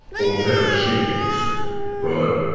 or a pair of shears. right?